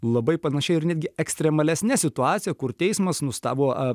labai panašiai ir netgi ekstremalesne situacija kur teismas nustabo a